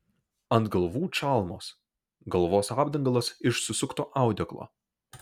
ant galvų čalmos galvos apdangalas iš susukto audeklo